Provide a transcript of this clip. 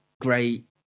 great